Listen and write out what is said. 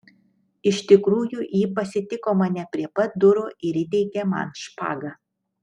iš tikrųjų ji pasitiko mane prie pat durų ir įteikė man špagą